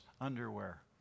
underwear